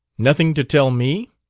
nothing to tell me?